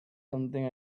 something